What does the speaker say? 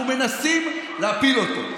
אנחנו מנסים להפיל אותו.